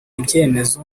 imyemerere